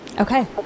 okay